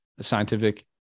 scientific